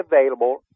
available